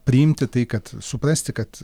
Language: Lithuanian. priimti tai kad suprasti kad